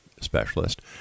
specialist